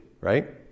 right